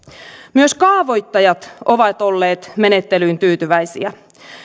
myös kaavoittajat ovat olleet menettelyyn tyytyväisiä